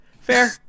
Fair